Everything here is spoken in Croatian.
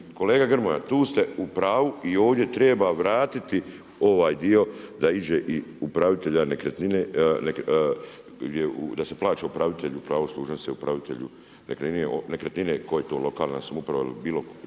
kolega Grmoja, tu ste u pravu i ovdje treba vratiti ovaj dio da iđe i upravitelja nekretnine, da se plaća upravitelju pravo služnosti upravitelju nekretnine koji to lokalna samouprava ili bilo tko